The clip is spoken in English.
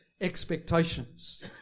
expectations